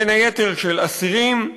בין היתר, על אסירים.